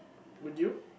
would you